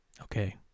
Okay